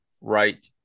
right